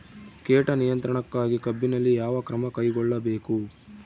ಕೇಟ ನಿಯಂತ್ರಣಕ್ಕಾಗಿ ಕಬ್ಬಿನಲ್ಲಿ ಯಾವ ಕ್ರಮ ಕೈಗೊಳ್ಳಬೇಕು?